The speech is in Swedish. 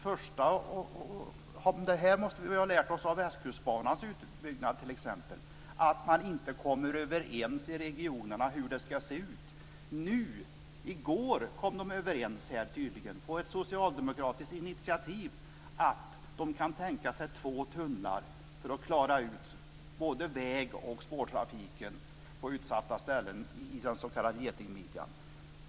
Här måste vi ha lärt oss av Västkustbanans utbyggnad, att man inte kommer överens i regionerna om hur det ska se ut. I går kom man tydligen överens, på ett socialdemokratiskt initiativ, om att man kan tänka sig två tunnlar för att klara både väg och spårtrafik på utsatta ställen i den s.k. getingmidjan.